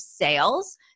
sales